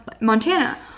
Montana